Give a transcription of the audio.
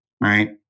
right